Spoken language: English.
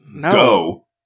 go